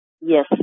Yes